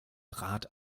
rat